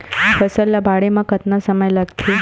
फसल ला बाढ़े मा कतना समय लगथे?